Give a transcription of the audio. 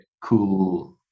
cool